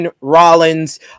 Rollins